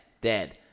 Dead